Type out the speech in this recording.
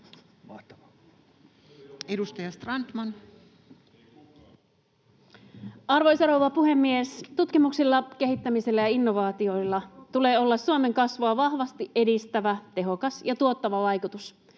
14:30 Content: Arvoisa rouva puhemies! Tutkimuksella, kehittämisellä ja innovaatioilla tulee olla Suomen kasvua vahvasti edistävä, tehokas ja tuottava vaikutus.